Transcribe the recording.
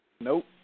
Nope